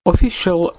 Official